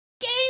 game